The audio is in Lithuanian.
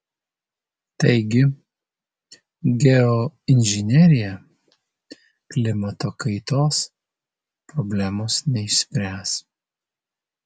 taigi geoinžinerija klimato kaitos problemos neišspręs